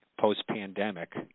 post-pandemic